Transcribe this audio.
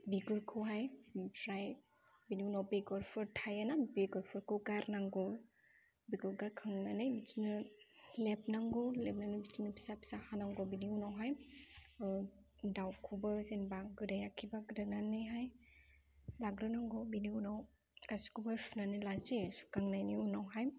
बिगुरखौहाय ओमफ्राय बिनि उनाव बेगरफोर थायोना बेगरफोरखौ गारनांगौ बेगर गारखांनानै बिदिनो लेबनांगौ लेबनानै बिदिनो फिसा फिसा हानांगौ बिनि उनावहाय दाउखौबो जेनेबा गोदायाखैब्ला गोदानानैहाय लाग्रोनांगौ बिनि उनाव गासैखौबो सुनानै लानोसै सुखांनायनि उनावहाय